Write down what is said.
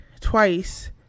twice